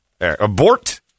Abort